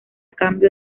cambio